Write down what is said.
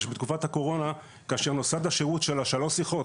זה שבתקופת הקורונה כאשר נוסד השירות של השלוש שיחות